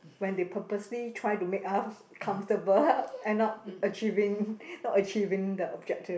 when they purposely try to make us comfortable end up achieving not achieving the objective